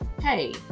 hey